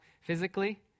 physically